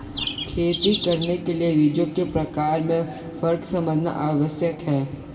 खेती करने के लिए बीजों के प्रकार में फर्क समझना आवश्यक है